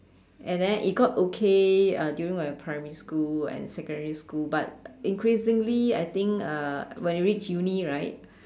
and then it got okay uh during my primary school and secondary school but increasingly I think uh when you reach Uni right